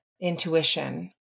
intuition